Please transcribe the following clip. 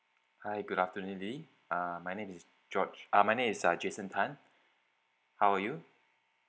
hi good afternoon lily uh my name is george uh my name is uh jason tan how are you